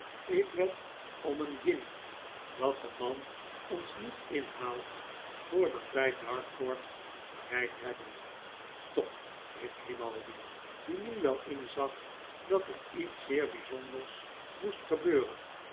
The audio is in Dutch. ik wed om eene guinje datde man ons niet inhaalt voordat wij dartford bereikt hebben top riep grimaldi die wel inzag dat er iets zeer bijzonders moest gebeuren